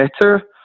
better